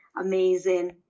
amazing